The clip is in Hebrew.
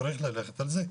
צריך ללכת על זה,